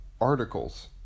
articles